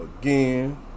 again